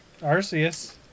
Arceus